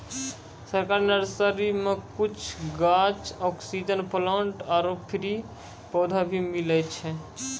सरकारी नर्सरी मॅ कुछ गाछ, ऑक्सीजन प्लांट आरो फ्री पौधा भी मिलै छै